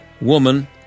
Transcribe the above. woman